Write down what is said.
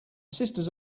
sisters